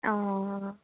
অ